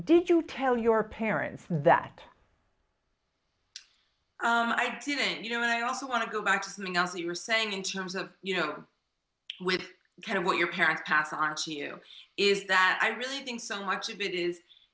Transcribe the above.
did you tell your parents that i didn't you know i also want to go back to something as you were saying in terms of you know with kind of what your parents pass aren't you is that i really think so much of it is